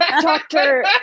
Doctor